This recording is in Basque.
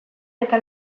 eta